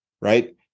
right